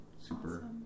super